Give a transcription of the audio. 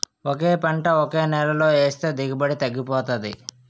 ఒకే పంట ఒకే నేలలో ఏస్తే దిగుబడి తగ్గిపోతాది